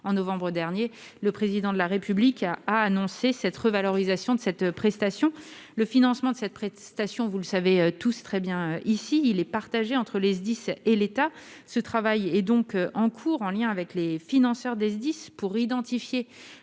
en novembre dernier, le Président de la République a annoncé une revalorisation de cette prestation, dont le financement- vous le savez tous très bien ici -est partagé entre les SDIS et l'État. Un travail est donc en cours, en lien avec les financeurs des SDIS, pour définir